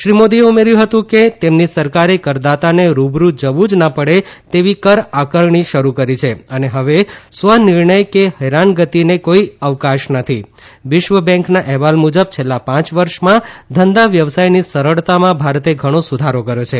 શ્રી મોદીએ ઉમેર્યું હતું કે તેમની સરકારે કરદાતાને રુબરુ જવું જ ન પડે તેવી કરઆકરણી શરુ કરી છે અને હવે સ્વનિર્ણય કે હેરાનગતિને કોઇ અવકાશ નથી વિશ્વબેંકના અહેવાલ મુજબ છેલ્લાં પાંચ વર્ષમાં ધંધા વ્યવસાયની સરળતામાં ભારતે ઘણો સુધારો કર્યો છે